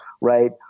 right